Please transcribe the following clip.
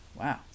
wow